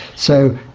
so